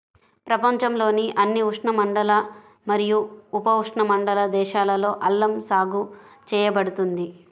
ప్రపంచంలోని అన్ని ఉష్ణమండల మరియు ఉపఉష్ణమండల దేశాలలో అల్లం సాగు చేయబడుతుంది